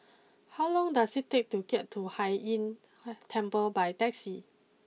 how long does it take to get to Hai Inn Temple by taxi